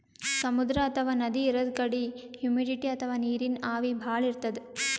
ಸಮುದ್ರ ಅಥವಾ ನದಿ ಇರದ್ ಕಡಿ ಹುಮಿಡಿಟಿ ಅಥವಾ ನೀರಿನ್ ಆವಿ ಭಾಳ್ ಇರ್ತದ್